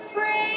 Free